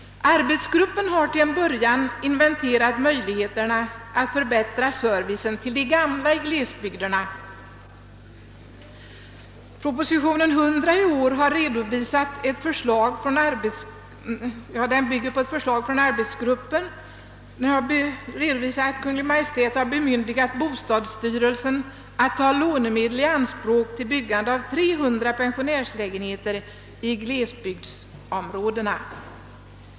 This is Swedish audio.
Arbetsgruppen har till en början inventerat möjligheterna att förbättra servicen till de gamla i glesbygderna. Propositionen 100, som bygger på ett förslag från arbetsgruppen, har redovisat att Kungl. Maj:t har bemyndigat bostadsstyrelsen att ta lånemedel i anspråk till byggande av 300 pensionärslägenheter i glesbygdsområdena.